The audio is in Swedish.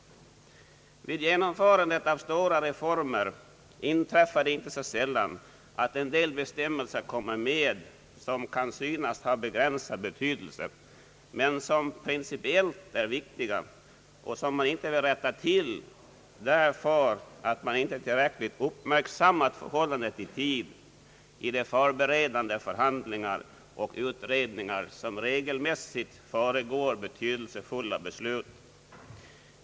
Vid genomförandet av stora reformer inträffar det inte så sällan att en del bestämmelser som kan synas ha begränsad betydelse kommer med, bestämmelser som principiellt är viktiga men som man inte vill rätta till för att man inte tillräckligt uppmärksammat förhållandet i tid vid de förberedande förhandlingar och utredningar som regelmässigt föregår betydelsefulla beslut.